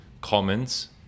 comments